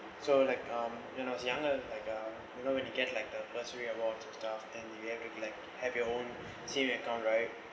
so like um when I was younger and like um you know when you get like the bursary awards and stuff and you have to have your own saving account right